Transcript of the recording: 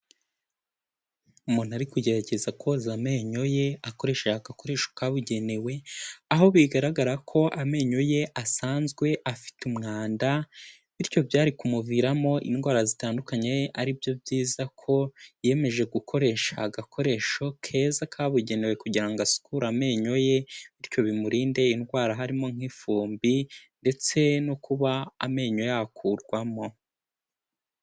Umuntu ari kugerageza koza amenyo ye akoresha gakoresho kabugenewe, aho bigaragara ko amenyo ye asanzwe afite umwanda, bityo byari kumuviramo indwara zitandukanye ari byo byiza ko yiyemeje gukoresha agakoresho keza kabugenewe kugira ngo asukure amenyo ye, bityo bimurinde indwara harimo nk'ifumbi ndetse no kuba amenyo yakurwamo.